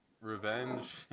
revenge